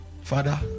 Father